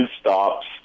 stops